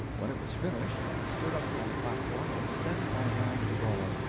when it was finished i stood up on the platform and extended my hands abroad,